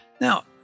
Now